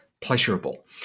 pleasurable